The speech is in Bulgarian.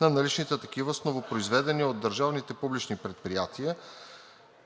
на наличните такива с новопроизведени от държавните публични предприятия…“,